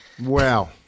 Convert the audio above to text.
Wow